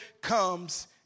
comes